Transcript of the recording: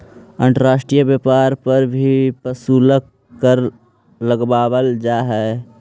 अंतर्राष्ट्रीय व्यापार पर भी प्रशुल्क कर लगावल जा हई